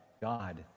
God